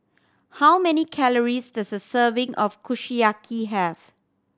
how many calories does a serving of Kushiyaki have